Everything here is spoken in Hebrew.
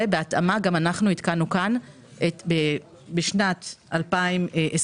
ובהתאמה גם אנחנו עדכנו כאן בשנת 2021